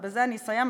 ובזה אני אסיים,